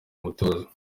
umutoza